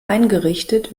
eingerichtet